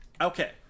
Okay